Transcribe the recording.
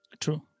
True